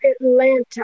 Atlanta